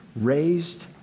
raised